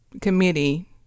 committee